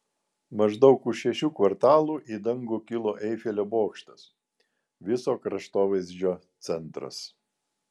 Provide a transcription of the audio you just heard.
maždaug už šešių kvartalų į dangų kilo eifelio bokštas viso kraštovaizdžio centras